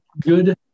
Good